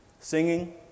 Singing